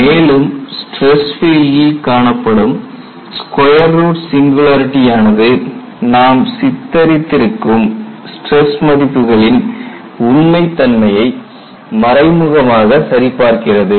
மேலும் ஸ்ட்ரெஸ் ஃபீல்டில் காணப்படும் ஸ்கொயர் ரூட் சிங்குலரிடி ஆனது நாம் சித்தரித்திருக்கும் ஸ்டிரஸ் மதிப்புகளின் உண்மைத் தன்மையை மறைமுகமாக சரி பார்க்கிறது